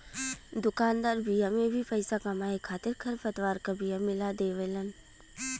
दुकानदार बिया में भी पईसा कमाए खातिर खरपतवार क बिया मिला देवेलन